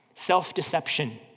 Self-deception